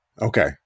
Okay